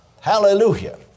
Hallelujah